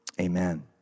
amen